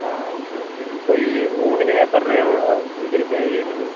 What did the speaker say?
ആ okay okay ഇപ്പോൾ ഈ ഊണിന് എത്ര രൂപയാണ് ഇതിനു പേയ് ചെയ്യുന്നത്